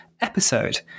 episode